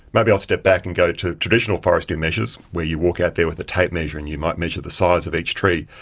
maybe i'll step back and go to traditional forestry measures where you walk out there with a tape measure and you might measure the size of each tree.